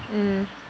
mm